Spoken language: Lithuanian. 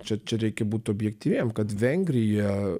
čia čia reikia būt objektyviem kad vengrija